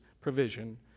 provision